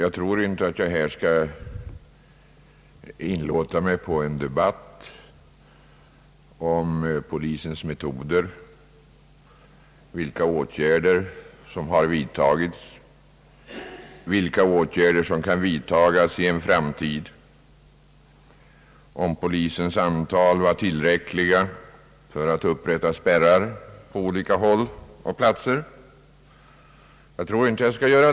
Jag tror inte att jag skall inlåta mig på en debatt om polisens metoder, vilka åtgärder som har vidtagits, vilka åtgärder som kan vidtagas i en framtid, om polisens antal var tillräckligt för att upprätta spärrar på olika platser, osv.